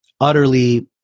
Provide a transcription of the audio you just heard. utterly